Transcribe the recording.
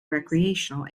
recreational